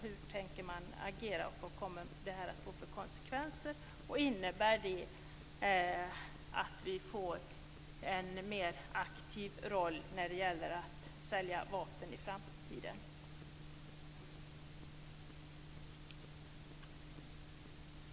Hur tänker man agera, och vad kommer det här att få för konsekvenser? Innebär det att vi får en mer aktiv roll när det gäller att sälja vapen i framtiden?